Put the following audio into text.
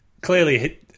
Clearly